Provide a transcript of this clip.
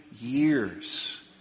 years